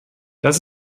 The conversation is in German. das